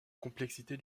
complexité